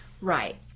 Right